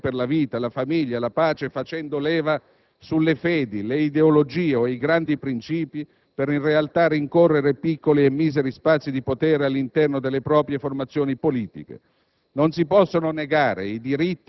Ma non si può utilizzare il rispetto per la vita, la famiglia, la pace facendo leva sulle fedi, le ideologie o i grandi princìpi per rincorrere in realtà piccoli e miseri spazi di potere all'interno delle proprie formazioni politiche.